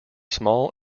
small